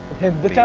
had the